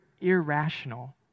irrational